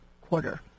quarter